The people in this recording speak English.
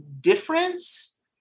difference